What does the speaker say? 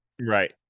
Right